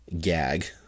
gag